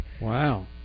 Wow